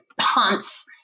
hunts